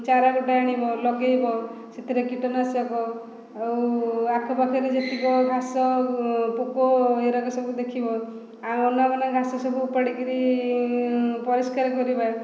ଚାରା ଗୋଟେ ଆଣିବ ଲେଗାଇବ ସେଥିରେ କୀଟନାଶକ ଆଉ ଆଖପାଖରେ ଯେତିକି ଘାସ ପୋକ ଏଗୁଡ଼ାକ ସବୁ ଦେଖିବ ଆଉ ଅନାବନା ଘାସ ସବୁ ଓପାଡ଼ିକିରି ପରିଷ୍କାର କରିବା